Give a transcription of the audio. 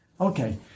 Okay